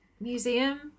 museum